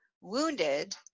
wounded